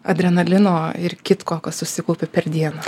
adrenalino ir kitko kas susikaupė per dieną